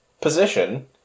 position